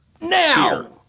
now